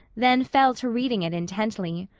then fell to reading it intently.